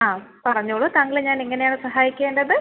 ആ പറഞ്ഞോളൂ താങ്കളെ ഞാൻ എങ്ങനെ ആണ് സഹായിക്കേണ്ടത്